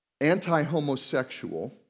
anti-homosexual